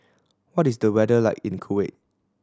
what is the weather like in Kuwait